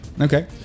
Okay